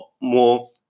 more